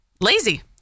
lazy